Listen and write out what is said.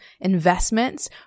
investments